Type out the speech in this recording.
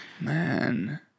Man